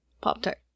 Pop-Tart